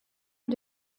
und